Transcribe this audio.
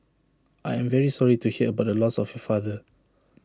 I am very sorry to hear about the loss of your father